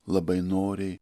labai noriai